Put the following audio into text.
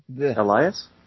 Elias